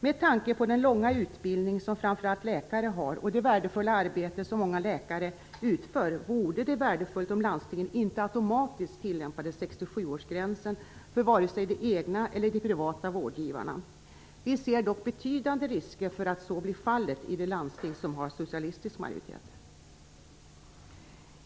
Med tanke på den långa utbildning som framför allt läkare har och det värdefulla arbete som många läkare utför vore det värdefullt om landstingen inte automatiskt tillämpade 67-årsgränsen för vare sig de egna eller de privata vårdgivarna. Vi ser dock betydande risker för att så blir fallet i de landsting som har socialistisk majoritet.